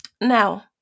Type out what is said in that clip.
Now